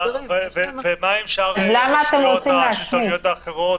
ומה עם הרשויות השלטוניות האחרות,